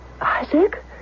Isaac